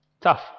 Tough